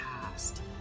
past